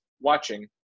watching